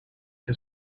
his